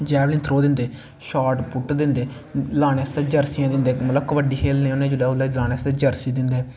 javelin throw दिंदे shot put दिंदे लानै आस्ते जर्सिंयां दिंदे मतलव कबड्डी खेलने होने उसलै लानै आस्तै जर्सी दिंदे